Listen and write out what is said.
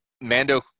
mando